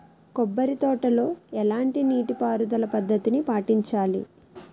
కొబ్బరి తోటలో ఎలాంటి నీటి పారుదల పద్ధతిని పాటించాలి?